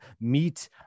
meet